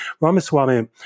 Ramaswamy